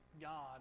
God